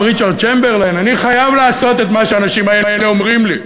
צ'מברליין אמר פעם: אני חייב לעשות את מה שהאנשים האלה אומרים לי,